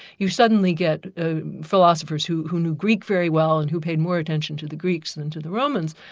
you suddenly get ah philosophers who who knew greek very well and who paid more attention to the greeks than to the romans.